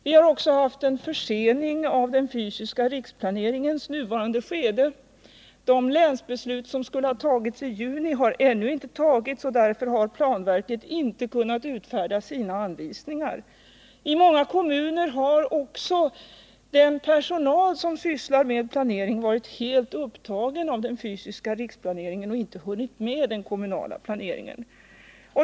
Vi har också haft en försening av den fysiska riksplaneringens nuvarande skede. De länsbeslut som skulle ha fattats i juni har ännu inte fattats, och därför har planverket inte kunnat utfärda sina anvisningar. I många kommuner har också den personal som sysslar med planering varit helt upptagen av den fysiska riksplaneringen och inte hunnit med den traditionella kommunala planeringen.